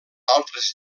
altres